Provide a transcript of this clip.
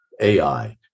AI